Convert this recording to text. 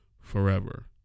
forever